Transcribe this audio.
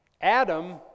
Adam